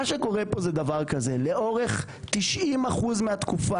מה שקורה פה זה דבר כזה: לאורך 90% מהתקופה